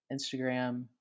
Instagram